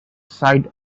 side